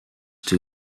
two